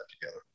together